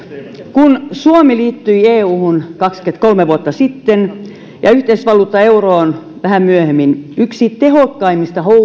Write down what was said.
kun suomi liittyi euhun kaksikymmentäkolme vuotta sitten ja yhteisvaluutta euroon vähän myöhemmin yksi tehokkaimmista